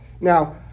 Now